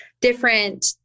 different